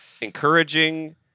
encouraging